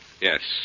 Yes